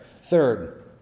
Third